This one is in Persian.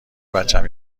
بچم